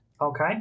Okay